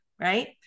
Right